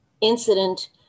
incident